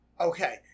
Okay